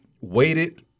waited